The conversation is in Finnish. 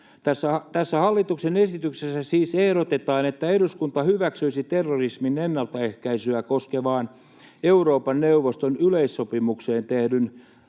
Tässä hallituksen esityksessä siis ehdotetaan, että eduskunta hyväksyisi terrorismin ennaltaehkäisyä koskevaan Euroopan neuvoston yleissopimukseen tehdyn